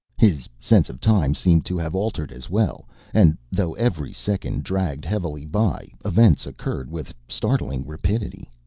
his sense of time seemed to have altered as well and though every second dragged heavily by events occurred with startling rapidity.